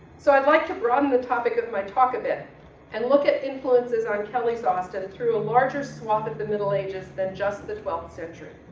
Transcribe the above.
so i'd like to broaden the topic of my talk a bit and look at influences on kelly's austin through a larger swath of the middle ages than just the twelfth century.